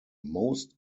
most